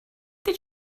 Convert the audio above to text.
did